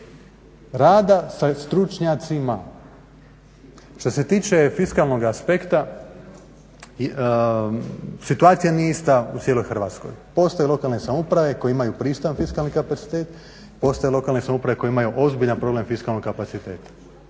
rada sa stručnjacima. Što se tiče fiskalnog aspekta situacija nije ista u cijeloj Hrvatskoj. Postoje lokalne samouprave koje imaju pristojan fiskalni kapacitet, postoje lokalne samouprave koje imaju ozbiljan problem fiskalnog kapaciteta.